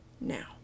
now